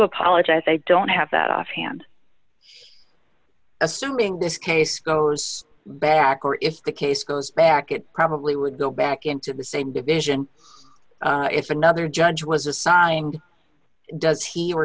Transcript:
apologize i don't have that off hand assuming this case goes back or if the case goes back it probably would go back in to the same division if another judge was assigned does he or